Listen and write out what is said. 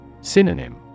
Synonym